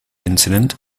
incident